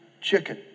chicken